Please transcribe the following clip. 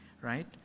right